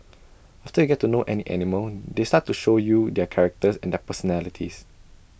after you get to know any animal they start to show you their characters and their personalities